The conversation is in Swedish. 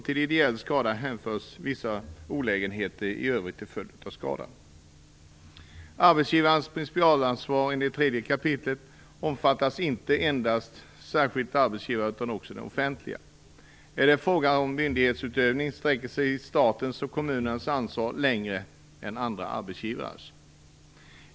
Till ideell skada hänförs även vissa olägenheter i övrigt till följd av skadan. omfattar inte endast enskilda arbetsgivare utan också de offentliga. Är det fråga om myndighetsutövning sträcker sig statens och kommunernas ansvar längre än andra arbetsgivares.